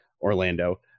Orlando